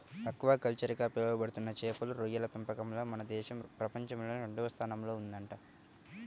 aquaculture గా పిలవబడుతున్న చేపలు, రొయ్యల పెంపకంలో మన దేశం ప్రపంచంలోనే రెండవ స్థానంలో ఉందంట